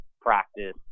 practice